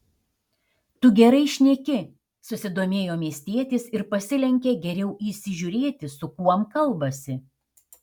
tu gerai šneki susidomėjo miestietis ir pasilenkė geriau įsižiūrėti su kuom kalbasi